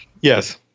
Yes